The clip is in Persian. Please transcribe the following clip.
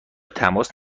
تماس